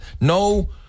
no